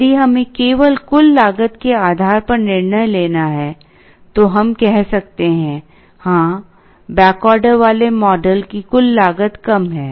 यदि हमें केवल कुल लागत के आधार पर निर्णय लेना है तो हम कह सकते हैं हाँ बैक ऑर्डर वाले मॉडल की कुल लागत कम है